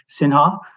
Sinha